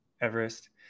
Everest